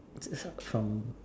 start from